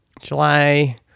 July